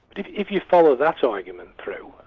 but if if you follow that argument through, ah